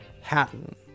Hatton